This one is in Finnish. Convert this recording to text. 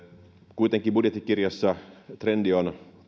kuitenkin budjettikirjassa trendi on